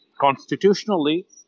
constitutionally